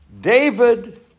David